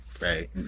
Right